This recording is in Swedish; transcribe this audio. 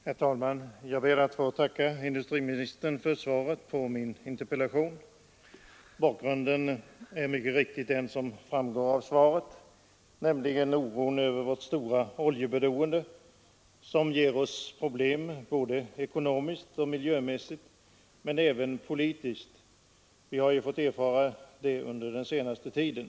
Herr talman! Jag ber att få tacka industriministern för svaret på min interpellation. Bakgrunden är mycket riktigt den som framgår av svaret, nämligen oron över vårt stora oljeberoende, som ger oss problem både ekonomiskt och miljömässigt men även politiskt. Det har vi ju fått erfara under den senaste tiden.